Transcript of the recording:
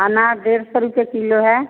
अनार डेढ़ सौ रुपये किलो है